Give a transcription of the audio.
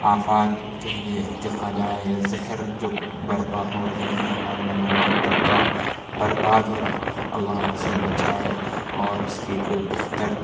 آفات کہہ لیں کہا جائے یا زہر جو برپا ہو رہے ہیں ہمارے نوجوان طبقہ برباد ہو رہا ہے اللہ ان سے بچائے اور اس کی کوئی بہتر